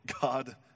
God